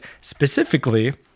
specifically